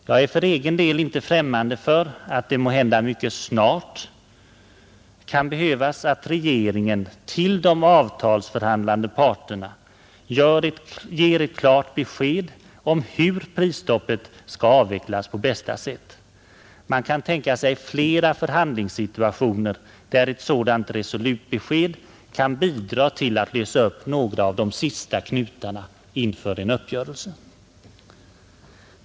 Jag är för egen del inte främmande för att det måhända mycket snart kan behövas att regeringen till de avtalsförhandlande parterna ger ett klart besked om hur prisstoppet skall avvecklas på bästa sätt. Man kan tänka sig flera förhandlingssituationer där ett sådant resolut besked kan bidra till att lösa upp några av de sista knutarna inför en uppgörelse.